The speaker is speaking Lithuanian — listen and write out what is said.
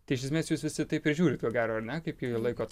iš esmės jūs visi taip ir žiūrit ko gero ar ne kaip į laiko